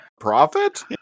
profit